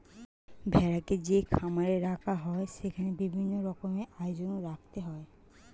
ভেড়াকে যে খামারে রাখা হয় সেখানে বিভিন্ন রকমের আয়োজন রাখতে হয়